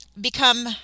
become